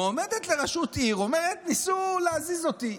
מועמדת לראשות עיר אומרת: ניסו להזיז אותי.